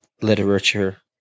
literature